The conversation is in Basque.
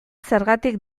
zergatik